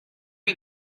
you